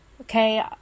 Okay